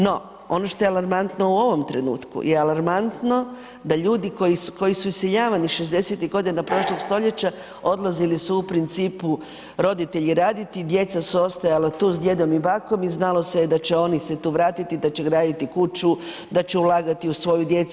No, ono što je alarmantno u ovom trenutku je alarmantno da ljudi koji su iseljavani 60-tih godina prošloga stoljeća odlazili su u principu roditelji raditi, djeca su ostajala tu s djedom i bakom i znalo se da će oni se tu vratiti i da će graditi kuću, da će ulagati u svoju djecu.